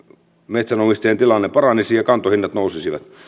metsänomistajien tilanne paranisi ja kantohinnat nousisivat